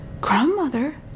Grandmother